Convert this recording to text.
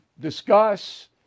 discuss